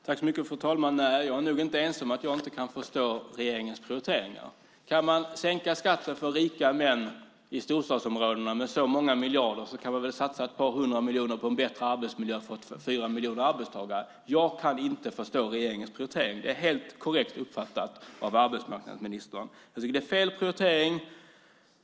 Fru talman! Jag är nog inte ensam om att inte förstå regeringens prioriteringar. Kan man sänka skatten för rika män i storstadsområdena med så många miljarder kan man väl satsa ett par hundra miljoner på en bättre arbetsmiljö för fyra miljoner arbetstagare. Jag kan inte förstå regeringens prioritering, det är helt korrekt uppfattat av arbetsmarknadsministern. Jag tycker att det är fel prioritering.